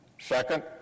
Second